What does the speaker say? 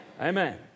Amen